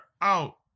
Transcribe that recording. out